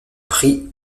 prit